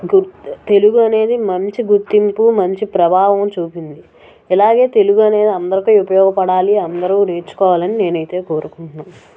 గుర్తే తెలుగు అనేది మంచి గుర్తింపు మంచి ప్రభావం చూపింది ఇలాగే తెలుగు అనేది అందరికి ఉపయోగపడాలి అందరూ నేర్చుకోవాలని నేను అయితే కోరుకుంటున్నాను